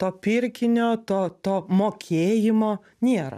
to pirkinio to to mokėjimo nėra